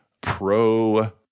pro